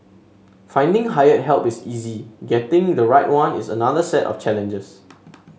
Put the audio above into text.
finding hired help is easy getting the right one is another set of challenges